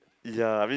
ya I mean